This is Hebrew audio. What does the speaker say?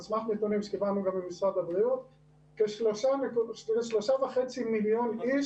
על סמך נתונים שקיבלנו גם ממשרד הבריאות - כ 3.5 מיליון איש,